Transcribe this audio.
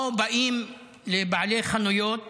או שבאים לבעלי חנויות